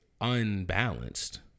unbalanced